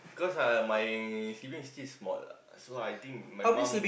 cause uh my sibling is still small ah so I think my mum